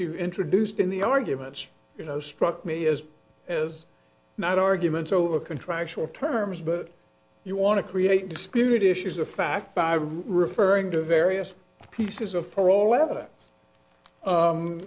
you introduced in the arguments you know struck me as as not arguments over contractual terms but you want to create dispirited issues of fact by referring to various pieces of